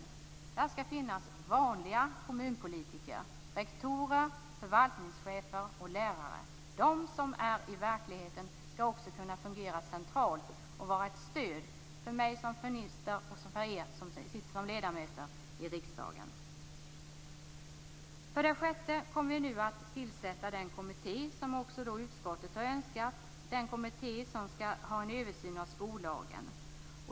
I den skall finnas vanliga kommunpolitiker, rektorer, förvaltningschefer och lärare. De som är ute i verkligheten skall också kunna fungera centralt och vara ett stöd för mig som minister och för er som ledamöter i riksdagen. För det sjätte: Vi kommer nu att tillsätta den kommitté som också utskottet har önskat och som skall göra en översyn av skollagen.